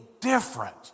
different